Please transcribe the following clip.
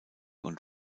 und